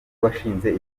washinze